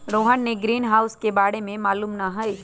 रोहन के ग्रीनहाउस के बारे में मालूम न हई